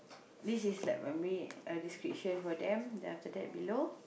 this is like my main uh description for them then after that below